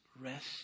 rest